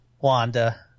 Wanda